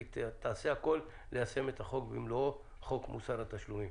והיא תעשה הכול ליישם את החוק במלואו חוק מוסר התשלומים.